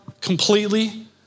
completely